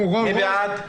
מי נגד?